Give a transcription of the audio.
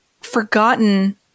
forgotten